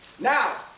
Now